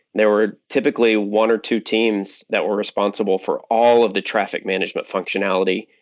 there were typically one or two teams that were responsible for all of the traffic management functionality,